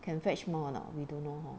can fetch more or not we don't know hor